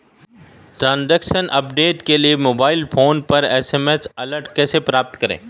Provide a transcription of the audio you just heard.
Transaction update के लिए mobile phone पर एस.एम.एस अलर्ट कैसे प्राप्त करें?